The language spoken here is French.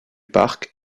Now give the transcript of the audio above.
parc